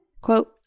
Quote